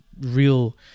real